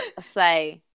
Say